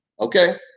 Okay